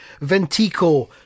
Ventico